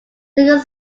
single